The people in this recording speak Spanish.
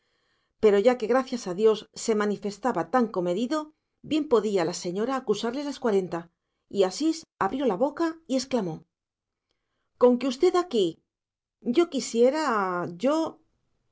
pero ya que gracias a dios se manifestaba tan comedido bien podía la señora acusarle las cuarenta y asís abrió la boca y exclamó conque usted aquí yo quisiera yo